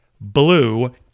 blue